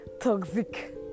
toxic